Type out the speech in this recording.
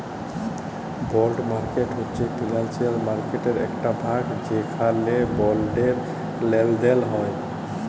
বল্ড market হছে financial মার্কেটের ইকট ভাগ যেখালে বল্ডের লেলদেল হ্যয়